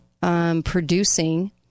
producing